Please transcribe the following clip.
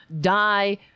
die